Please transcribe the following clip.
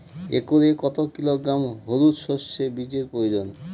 একরে কত কিলোগ্রাম হলুদ সরষে বীজের প্রয়োজন?